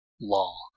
law